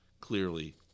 clearly